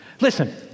Listen